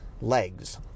legs